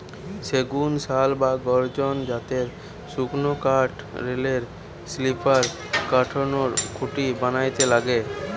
সেগুন, শাল বা গর্জন জাতের শক্তকাঠ রেলের স্লিপার, কারেন্টের খুঁটি বানাইতে লাগে